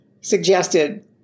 suggested